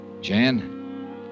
Jan